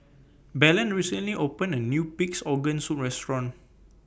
Belen recently opened A New Pig'S Organ Soup Restaurant